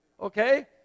Okay